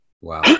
Wow